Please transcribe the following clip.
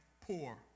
poor